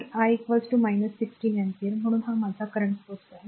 तर I 16 ampere म्हणून हा माझा current source आहे